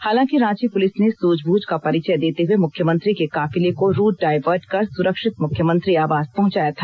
हालांकि रांची पुलिस ने सूझबूझ का परिचय देते हुए मुख्यमंत्री के काफिले को रूट डायवर्ट कर सुरक्षित मुख्यमंत्री आवास पहुंचाया था